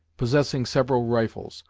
possessing several rifles,